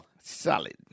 Solid